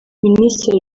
minisitiri